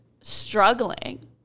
struggling